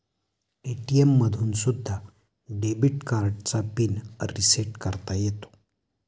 ATM मधून सुद्धा debit कार्डचा पिन रिसेट करता येतो